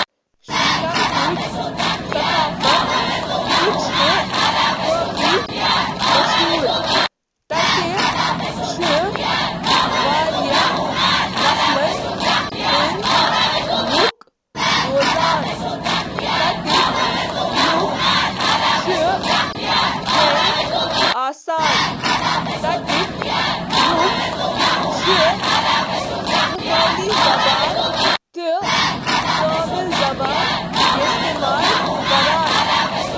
سری لنکا ہنٛز ثقافت اگر اکثر فن، فن تعمیر، مجسمہٕ تہٕ یوتتھ تام زِ خوراکک استعمال سۭتۍ چِھ ظأہر گژھان۔ کینٛہہ لوک چِھ ونان زِ سری لنکاہس منٛز چُھ اکھ زیادٕ روایتی ثقافت یُس واضح طورس پیٹھ ملکس منٛز موجود ممتاز مذہبن ییتھ کیٛن زن بدھ مت، ہندو مت، اسلام بیترٕ سۭتۍ متأثر چُھ۔